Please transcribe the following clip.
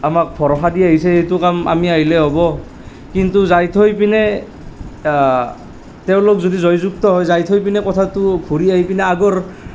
আমাক ভৰষা দি আহিছে এইটো কাম আমি আহিলে হ'ব কিন্তু যাই থৈ পিনাই তেওঁলোক যদি জয়যুক্ত হয় যাই থৈ পিনেই কথাটো ঘূৰি আহি পিনাই আগৰ